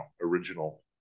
original